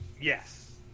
yes